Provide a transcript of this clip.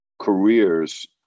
careers